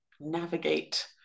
navigate